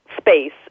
space